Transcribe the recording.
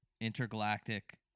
intergalactic